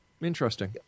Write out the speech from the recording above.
Interesting